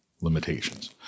limitations